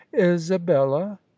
Isabella